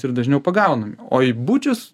ir dažniau pagaunami o į bučius